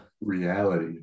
reality